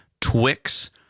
Twix